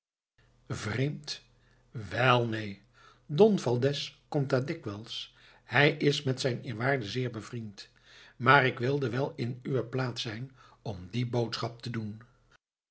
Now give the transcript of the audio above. vreemd vreemd welneen don valdez komt daar dikwijls hij is met zijn eerwaarde zeer bevriend maar ik wilde wel in uwe plaats zijn om die boodschap te doen